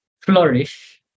flourish